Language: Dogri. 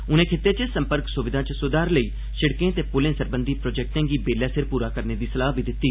उनें खित्ते च संपर्क सुविधा च सुधार लेई सिड़कें ते पुलें सरबंधी प्रोजेक्टें गी बेल्लै सिर पूरा करने दी सलाह बी दित्ती